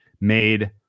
made